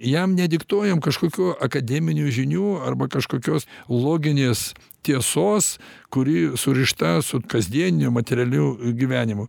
jam nediktuojam kažkokių akademinių žinių arba kažkokios loginės tiesos kuri surišta su kasdieniniu materialiu gyvenimu